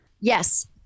yes